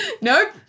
Nope